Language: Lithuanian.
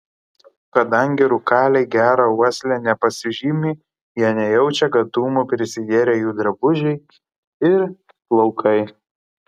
kadangi rūkaliai gera uosle nepasižymi jie nejaučia kad dūmų prisigėrę jų drabužiai ir plaukai